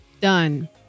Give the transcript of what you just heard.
done